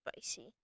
spicy